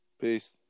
Peace